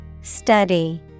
Study